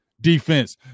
defense